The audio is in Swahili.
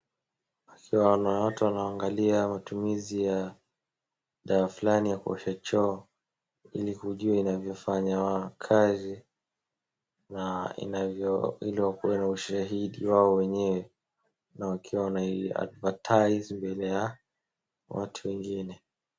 Wakiwa wana watu wana waangalia matumizi ya dawa fulani kuosha choo iliwajue kufanya kazi, na inavyo ili wakuwe na ushahidi wao wenyewe na wakiwa wana i advertise mbele ya watu wengine.